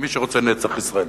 מי שרוצה נצח ישראל.